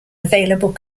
available